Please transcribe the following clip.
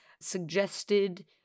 suggested